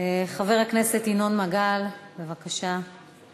חבר הכנסת ינון מגל, בבקשה.